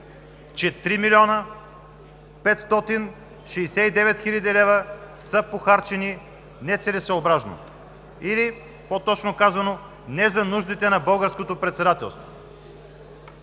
че 3 млн. 569 хил. лв. са похарчени нецелесъобразно или, по-точно казано, не за нуждите на българското председателство.